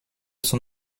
son